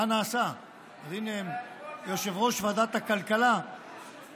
אז הינה יושב-ראש ועדת הכלכלה, שוסטר,